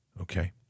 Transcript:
Okay